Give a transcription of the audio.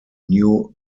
new